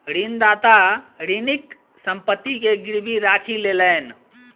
ऋणदाता ऋणीक संपत्ति के गीरवी राखी लेलैन